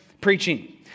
preaching